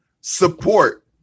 support